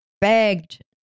begged